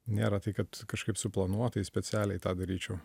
nėra tai kad kažkaip suplanuotai specialiai tą daryčiau